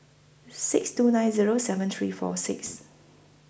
six two nine Zero seven three four six